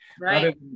Right